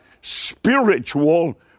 spiritual